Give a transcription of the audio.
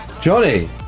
Johnny